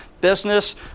business